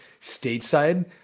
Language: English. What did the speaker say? stateside